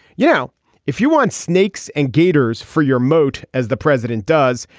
you know if you want snakes and gators for your moat as the president does.